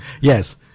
Yes